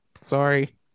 Sorry